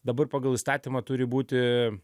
dabar pagal įstatymą turi būti